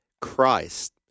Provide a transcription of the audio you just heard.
Christ